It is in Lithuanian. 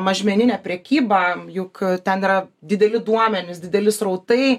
mažmeninę prekybą juk ten yra dideli duomenys dideli srautai